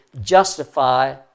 justify